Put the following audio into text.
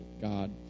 God